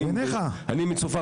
אני מצופר,